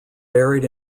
buried